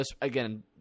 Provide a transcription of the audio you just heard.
again